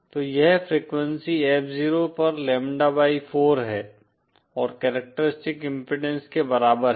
तो यह frequency F 0 पर लैम्ब्डा बाई 4 है और कैरेक्टरिस्टिक इम्पीडेन्स के बराबर है